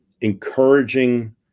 encouraging